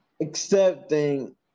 accepting